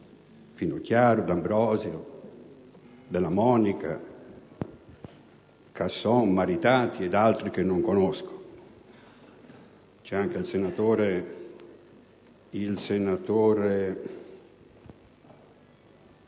Finocchiaro, D'Ambrosio, Della Monica, Casson, Maritati ed altri che non conosco (c'è anche il senatore Latorre